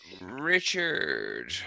richard